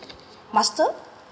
master